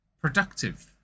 productive